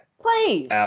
Please